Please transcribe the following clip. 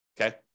Okay